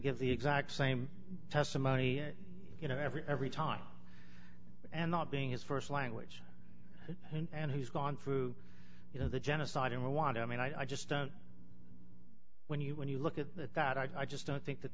give the exact same testimony you know every every time and not being his st language and he's gone through you know the genocide in rwanda i mean i just don't when you when you look at that i just don't think that